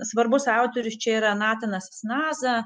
svarbus autorius čia yra natinasis naza